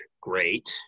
great